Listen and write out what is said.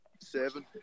Seven